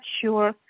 sure